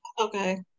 Okay